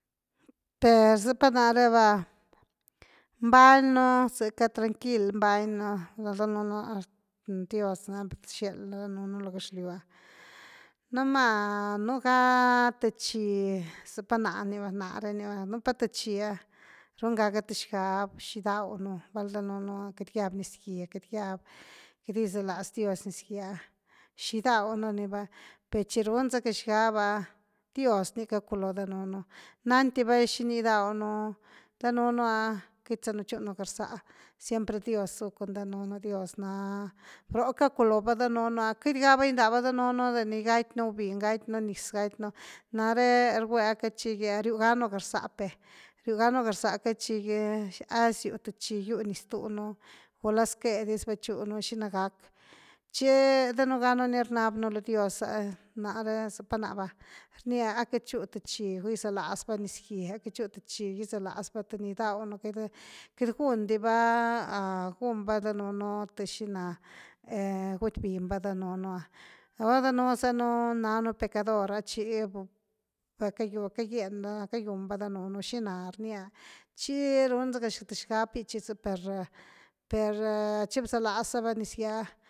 Per sapa nare va mbañnu zeca tranqui mbañnula danuunu ah dios gani bxel la danunu lo gëxlyw ah, numá nú ga th bchi, zapa náh ni va na’re ni va, núpa th bchiah rungaga th xgab xi gidawnu danunu val queity guiab niz gye, queity giabqueity gisalaz dios nizgye ah xigidaunu ni va, per chi run zacka xgab ah, dios ni caculoo danunu va, nandi va xini gidawnudanunu ah queity sanuchúnu garzásiempre dios su cun danunu dios na, rë caculova danunu ah queity ga va gindava danunu de ni gatynu wbiñ gatynu niz gatynu nare rgua cachigy ah riuganu garzápe riu ganu garza cachigi a siuth bchi giu ni gidunugula zque diz bachuu xina gack, chi danuganu ni rniabnu lo dios na’re zapa n’ah va rnia a queity chut h bchi gisalazva niz gye, a queity chut h bhi gisalaz va th ni gidawnu, queity gun di va gun va danunu th xina gutybiñ va danunu ah, gula danuzanu nanu pecador ah chivacayeñnu, vacayun va danunu xina rnia chi run zacka th xgab bichyzë per-per chi bzalaz zava nizgye ha.